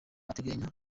ateganya